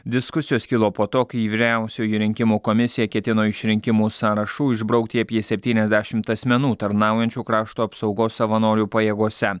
diskusijos kilo po to kai vyriausioji rinkimų komisija ketino iš rinkimų sąrašų išbraukti apie septyniasdešimt asmenų tarnaujančių krašto apsaugos savanorių pajėgose